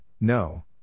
No